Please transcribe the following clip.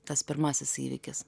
tas pirmasis įvykis